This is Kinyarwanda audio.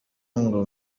ngo